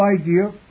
idea